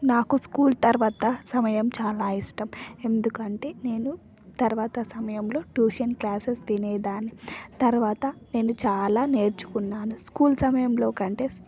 నాకు స్కూల్ తరవాతి సమయం చాలా ఇష్టం ఎందుకంటే నేను ఆ తరువాతి సమయంలో ట్యూషన్ క్లాసెస్ వినేదాన్ని తరువాత నేను చాలా నేర్చుకున్నాను స్కూల్ సమయంలో కంటే